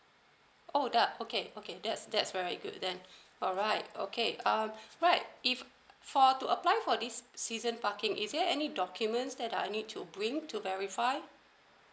oh that okay okay that's that's very good then alright okay um alright if for to apply for this season parking is there any documents that I need to bring to verify